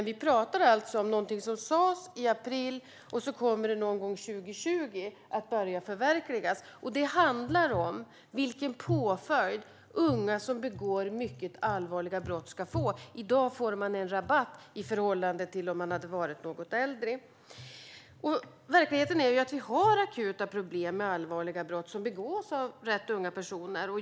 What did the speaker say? Vi pratar alltså om något som sas i april, och så kommer det att börja förverkligas någon gång 2020. Det handlar om vilken påföljd unga som begår mycket allvarliga brott ska få. I dag får de en rabatt i förhållande till om de hade varit något äldre. I verkligheten har vi akuta problem med allvarliga brott som begås av unga personer.